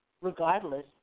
regardless